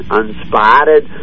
unspotted